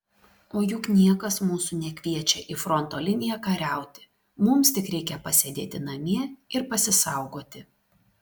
o juk niekas mūsų nekviečia į fronto liniją kariauti mums tik reikia pasėdėti namie ir pasisaugoti